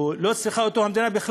המדינה לא צריכה אותו.